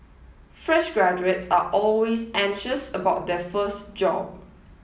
fresh graduates are always anxious about their first job